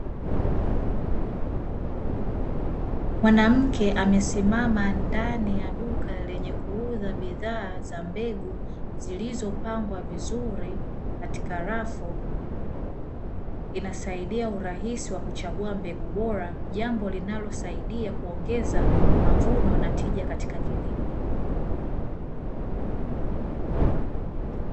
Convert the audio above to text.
Mwanamke amesimama ndani ya duka lenye kuuza bidhaa za mbegu zilizopangwa vizuri katika rafu. Inasaidia urahisi wa kuchagua mbegu bora, jambo linalosaidia kuongeza mavuno na tija katika kilimo.